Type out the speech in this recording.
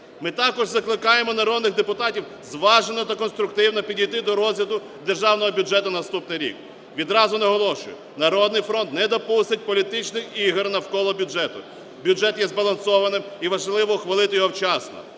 Ми також закликаємо народних депутатів зважено та конструктивно підійти до розгляду державного бюджету на наступний рік. Відразу наголошую: "Народний фронт" не допустить політичних ігор навколо бюджету. Бюджет є збалансованим, і важливо ухвалити його вчасно.